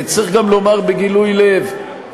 צריך גם לומר בגילוי לב,